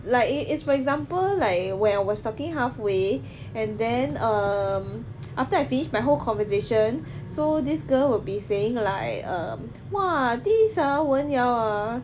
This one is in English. like it is for example like when I was talking halfway and then um after I finish my whole conversation so this girl will be saying like um !wah! this ah wen yao ah